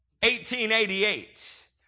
1888